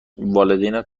والدینت